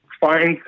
find